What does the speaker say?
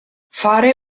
fare